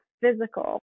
physical